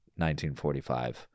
1945